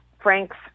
Frank's